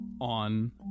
On